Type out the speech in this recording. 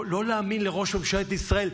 לא להאמין לראש ממשלת ישראל.